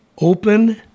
open